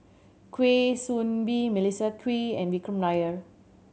Kwa Soon Bee Melissa Kwee and Vikram Nair